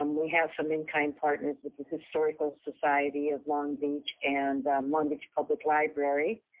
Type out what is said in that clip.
um we have some in-kind partners with the historical society of long beach, and long beach public library.